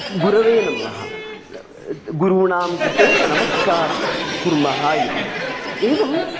गुरवे नमः गुरूणां कृते नमस्कारं कुर्मः इति एवम्